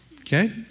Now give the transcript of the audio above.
Okay